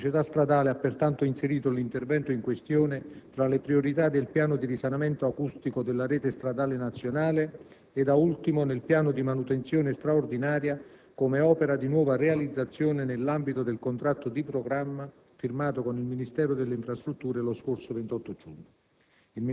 La società stradale ha pertanto inserito l'intervento in questione tra le priorità del piano di risanamento acustico della rete stradale nazionale e, da ultimo, nel piano di manutenzione straordinaria come opera di nuova realizzazione nell'ambito del contratto di programma firmato con il Ministero delle infrastrutture lo scorso 28 giugno.